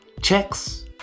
checks